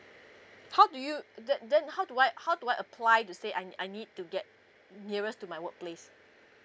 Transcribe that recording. how do you then then how do I how do I apply to say I I need to get nearest to my work place